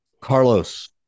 Carlos